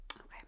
Okay